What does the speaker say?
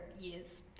years